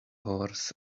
horse